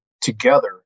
together